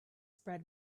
spread